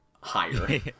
higher